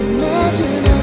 Imagine